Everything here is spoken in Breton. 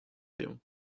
dezhañ